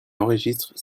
enregistre